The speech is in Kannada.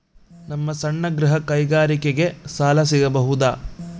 ನಮ್ಮ ಸಣ್ಣ ಗೃಹ ಕೈಗಾರಿಕೆಗೆ ಸಾಲ ಸಿಗಬಹುದಾ?